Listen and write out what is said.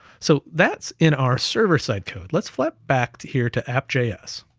so that's in our server side code. let's flip back to here to app js,